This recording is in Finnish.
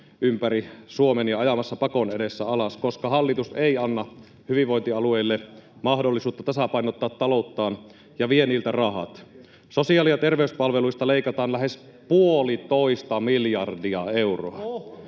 ympäri Suomen ja ajamassa pakon edessä alas, [Vilhelm Junnila: Kenen toimesta?] koska hallitus ei anna hyvinvointialueille mahdollisuutta tasapainottaa talouttaan ja vie niiltä rahat. Sosiaali- ja terveyspalveluista leikataan lähes puolitoista miljardia euroa.